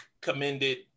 commended